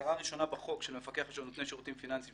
המטרה הראשונה בחוק של המפקח לנותני שירותים פיננסיים,